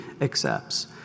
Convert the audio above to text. accepts